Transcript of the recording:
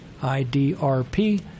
IDRP